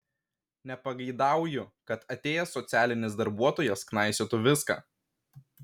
nepageidauju kad atėjęs socialinis darbuotojas knaisiotų viską